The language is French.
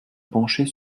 pencher